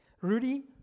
Rudy